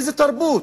איזו תרבות?